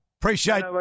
Appreciate